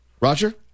Roger